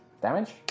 Damage